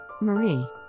Marie